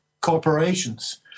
corporations